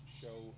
show